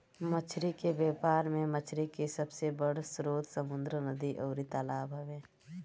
मछली के व्यापार में मछरी के सबसे बड़ स्रोत समुंद्र, नदी अउरी तालाब हवे